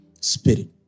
spirit